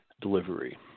delivery